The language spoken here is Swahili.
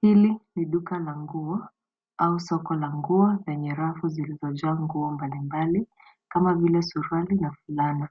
Hili ni duka la nguo au soko la nguo lenye rafu zilizojaa nguo mbalimbali kama vile suruali na fulana.